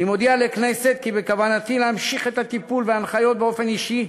אני מודיע לכנסת כי בכוונתי להמשיך את הטיפול וההנחיות באופן אישי,